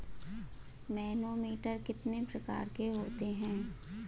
Manometer कितने प्रकार के होते हैं?